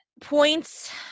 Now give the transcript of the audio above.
points